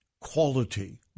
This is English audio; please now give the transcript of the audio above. quality